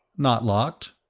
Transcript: not locked?